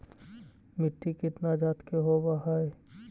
मिट्टी कितना जात के होब हय?